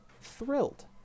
thrilled